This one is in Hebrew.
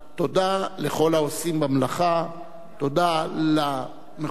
תודה לכל העושים במלאכה, תודה למכובדים,